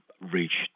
reached